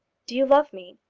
do you love me?